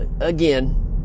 again